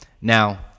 Now